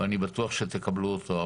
אני בטוח שתקבלו אותו.